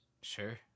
sure